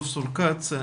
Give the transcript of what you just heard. פרופ' כץ.